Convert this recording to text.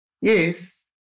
Yes